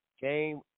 game